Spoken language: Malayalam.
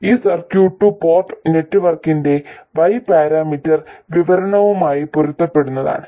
ഈ സർക്യൂട്ട് ടു പോർട്ട് നെറ്റ്വർക്കിന്റെ y പാരാമീറ്റർ വിവരണവുമായി പൊരുത്തപ്പെടുന്നതാണ്